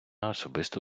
особисто